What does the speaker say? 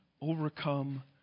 overcome